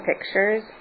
pictures